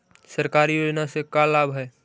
सरकारी योजना से का लाभ है?